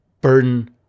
burden